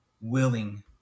willing